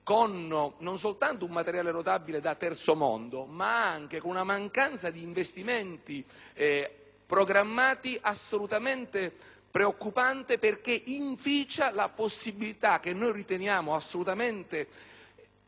non solo abbiamo un materiale rotabile da Terzo mondo, ma vi è anche una mancanza di investimenti programmati assolutamente preoccupante perché inficia la possibilità, che noi riteniamo assolutamente